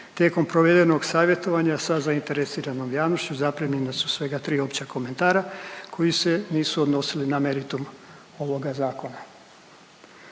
Tijekom provedenog savjetovanja sa zainteresiranom javnošću zaprimljena su svega tri opća komentara koja se nisu odnosili na meritum ovoga zakona.